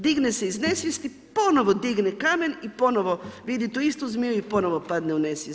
Digne se iz nesvijesti, ponovno digne kamen i ponovno vidi tu istu zmiju i ponovno padne u nesvijest.